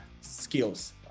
skills